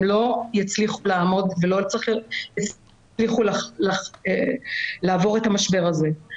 לא יצליחו לעמוד ולא יצליחו לעבור את המשבר הזה.